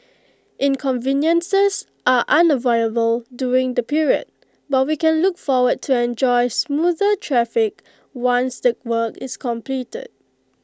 inconveniences are unavoidable during the period but we can look forward to enjoy smoother traffic once the work is completed